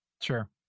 Sure